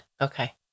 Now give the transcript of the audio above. Okay